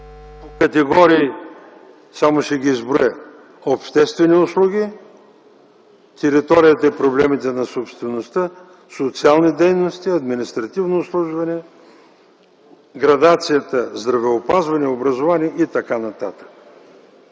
категории, които само ще изброя: обществени услуги, територията и проблемите на собствеността, социални дейности, административно обслужване, градацията здравеопазване-образование и т.н.